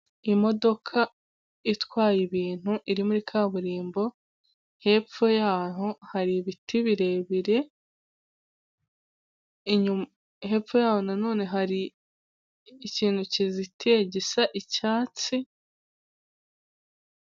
Imodoka itwaye ibintu iri muri kaburimbo, hepfo yaho hari ibiti birebire, hepfo yaho none hari ikintu kizitiye gisa icyatsi.